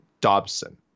dobson